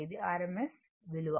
ఇది rms విలువ